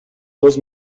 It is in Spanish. dos